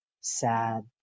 sad